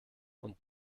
und